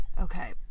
Okay